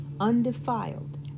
undefiled